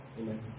Amen